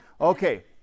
Okay